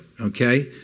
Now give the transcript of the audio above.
okay